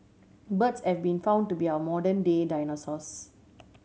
birds have been found to be our modern day dinosaurs